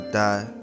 die